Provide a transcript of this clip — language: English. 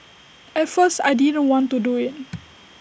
at first I didn't want to do IT